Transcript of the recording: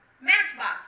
Matchbox